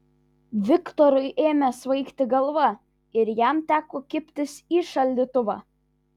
viktorui ėmė svaigti galva ir jam teko kibtis į šaldytuvą